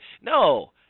No